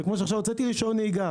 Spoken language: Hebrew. זה כמו שהוצאתי עכשיו רישיון נהיגה,